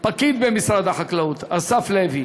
פקיד במשרד החקלאות, אסף לוי,